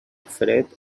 fred